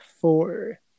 four